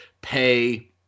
pay